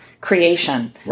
creation